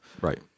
right